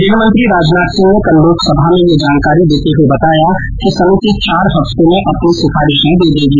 गृहमंत्री राजनाथ सिंह ने कल लोकसभा में यह जानकारी देते हुए बताया कि समिति चार हफ्ते में अपनी सिफारिशें दे देगी